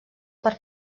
per